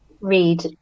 read